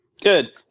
Good